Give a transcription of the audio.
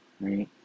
right